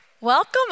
Welcome